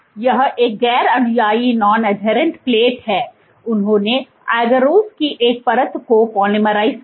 तो यह एक गैर अनुयायी प्लेट है उन्होंने agarose की एक परत को पोलीमराइज़ किया